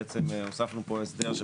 בעצם הוספנו פה הסדר.